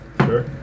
Sure